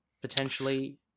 potentially